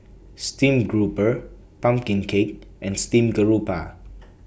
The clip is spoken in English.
Stream Grouper Pumpkin Cake and Steamed Garoupa